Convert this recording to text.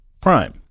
Prime